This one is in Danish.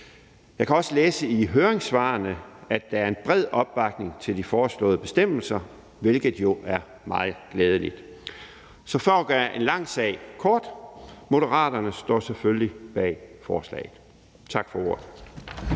Jeg kan også læse i høringssvarene, at der er en bred opbakning til de foreslåede bestemmelser, hvilket jo er meget glædeligt. Så for at gøre en lang sag kort: Moderaterne står selvfølgelig bag forslaget. Tak for ordet.